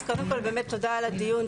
אז קודם באמת תודה על הדיון,